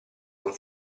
con